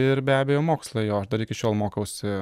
ir be abejo mokslai jo dar iki šiol mokausi